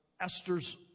Esther's